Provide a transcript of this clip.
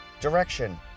direction